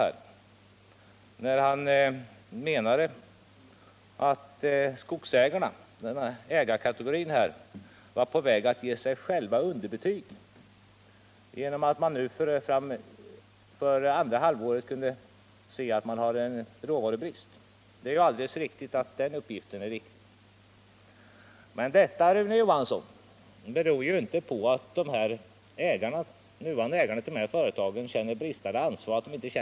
Han menade att skogsägarna är på väg att ge sig själva underbetyg, då vi nu kan konstatera en råvarubrist för andra halvåret. Det är alldeles riktigt att vi har en råvarubrist, men det, Rune Johansson, beror inte på att de nuvarande ägarna till dessa företag känner bristande ansvar.